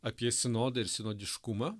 apie sinodą ir sinodiškumą